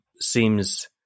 seems